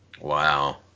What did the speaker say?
Wow